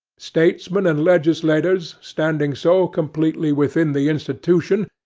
statesmen and legislators, standing so completely within the institution,